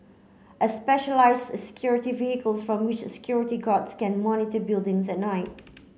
a specialised security vehicles from which security guards can monitor buildings at night